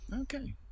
Okay